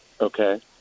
Okay